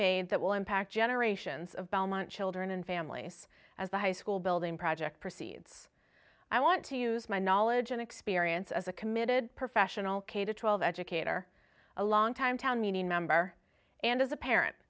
made that will impact generations of belmont children and families as the high school building project proceeds i want to use my knowledge and experience as a committed professional k to twelve educator a longtime town meeting member and as a parent